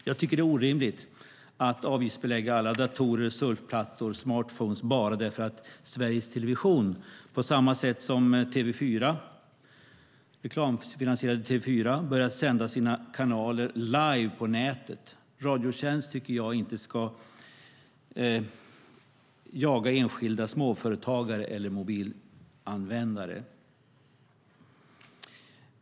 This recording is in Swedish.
Jag tycker att det är orimligt att avgiftsbelägga alla datorer, surfplattor och smartphones bara därför att Sveriges Television, på samma sätt som reklamfinansierade TV4, börjat sända sina kanaler live på nätet. Radiotjänst ska inte jaga enskilda småföretagare eller mobilanvändare.